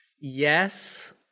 Yes